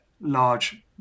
large